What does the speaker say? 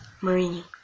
Marini